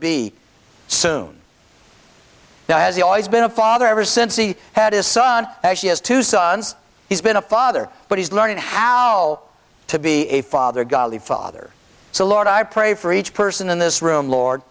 be soon that has always been a father ever since he had his son actually has two sons he's been a father but he's learning how to be a father god the father so lord i pray for each person in this room lord